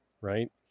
right